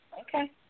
Okay